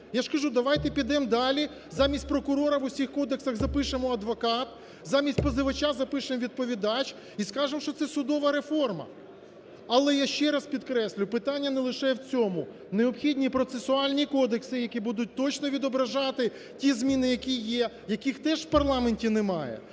Я ж кажу, давайте підемо далі, замість прокурора в усіх кодексах запишемо "адвокат", замість позивача запишемо "відповідач" і скажемо, що це судова реформа. Але, я ще раз підкреслюю, питання не лише в цьому, необхідні процесуальні кодекси, які будуть точно відображати ті зміни, які є, яких теж в парламенті немає.